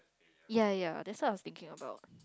ya ya that's what I was thinking about